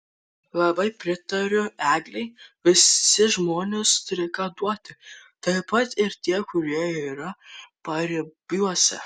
labai pritariu eglei visi žmonės turi ką duoti taip pat ir tie kurie yra paribiuose